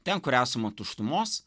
ten kur esama tuštumos